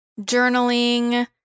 journaling